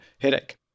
headache